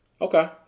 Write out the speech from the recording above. Okay